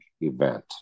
event